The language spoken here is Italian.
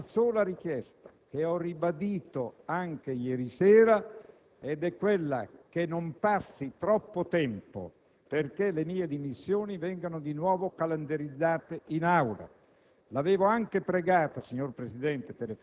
lei sa che intendo avanzare una sola richiesta, che ho ribadito anche ieri sera: che non passi troppo tempo perché le mie dimissioni vengano di nuovo calendarizzate in Aula.